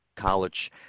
college